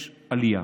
יש עלייה.